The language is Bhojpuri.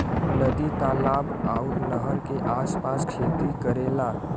नदी तालाब आउर नहर के आस पास खेती करेला